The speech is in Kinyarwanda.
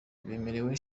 bemerewe